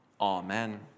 Amen